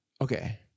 Okay